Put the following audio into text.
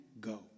go